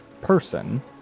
person